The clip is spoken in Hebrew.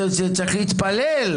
צריך להתפלל.